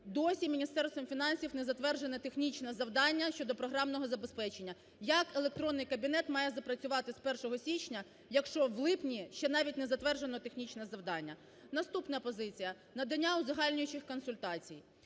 Досі Міністерством фінансів не затверджене технічне завдання щодо програмного забезпечення. Як електронний кабінет має запрацювати з 1 січня, якщо в липні ще навіть не затверджено технічне завдання? Наступна позиція. Надання узагальнюючих консультацій.